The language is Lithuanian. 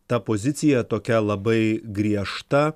ta pozicija tokia labai griežta